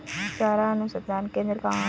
चारा अनुसंधान केंद्र कहाँ है?